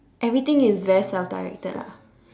everything is very self directed ah